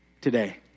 today